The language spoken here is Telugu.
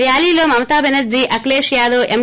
ర్యాల్లో మమతా టెనర్డీ అఖిలేష్ యాదవ్ ఎం